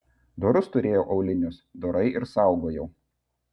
dorus turėjau aulinius dorai ir saugojau